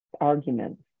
Arguments